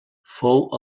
fou